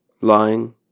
lying